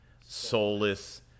soulless